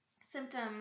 symptoms